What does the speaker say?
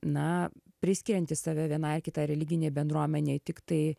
na priskiriantys save vienai ar kitai religinei bendruomenei tiktai